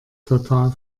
total